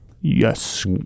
Yes